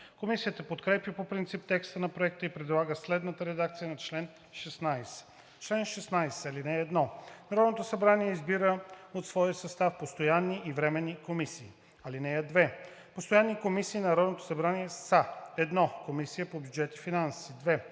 Комисията подкрепя по принцип текста на Проекта и предлага следната редакция на чл. 16: „Чл. 16. (1) Народното събрание избира от своя състав постоянни и временни комисии. (2) Постоянните комисии на Народното събрание са: 1. Комисия по бюджет и финанси; 2.